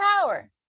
power